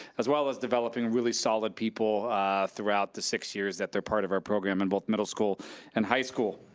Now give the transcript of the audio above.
as well as developing really solid people throughout the six years that they're part of our program in both middle school and high school.